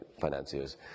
financiers